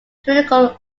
clinical